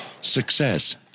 Success